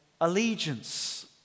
allegiance